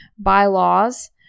bylaws